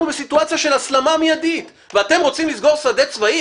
אנחנו בסיטואציה של הסלמה מיידית ואתם רוצים לסגור שדה צבאי?